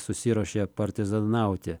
susiruošė partizanauti